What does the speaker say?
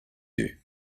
you